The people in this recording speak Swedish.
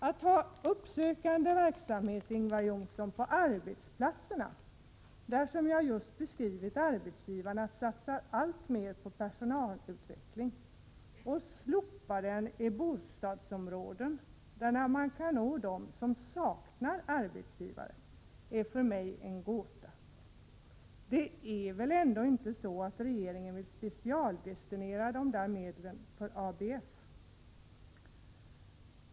Att man kan ha uppsökande verksamhet på arbetsplatserna, där — som jag just beskrivit — arbetsgivarna satsar alltmer på personalutveckling, och slopa den i bostadsområdena, där man kan nå dem som saknar arbetsgivare, är för mig en gåta. Det är väl inte så att regeringen vill specialdestinera medlen för ABF?